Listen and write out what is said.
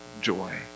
joy